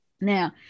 Now